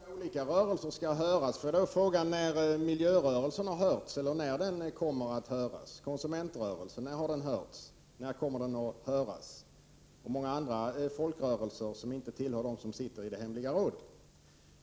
Herr talman! Det är trevligt att många olika rörelser skall höras. Får jag då fråga: När har miljörörelsen hörts, eller när skall den höras? När har konsumentrörelsen hörts, eller när kommer den att höras? Detsamma gäller många andra folkrörelser som inte sitter i det hemliga rådet.